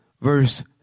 verse